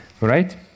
Right